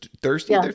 thirsty